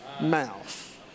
mouth